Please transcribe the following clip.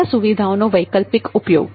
સેવા સુવિધાઓનો વૈકલ્પિક ઉપયોગ